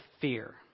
fear